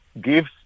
gives